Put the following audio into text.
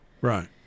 right